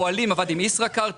הפועלים עבד עם ישראכרט,